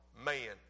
man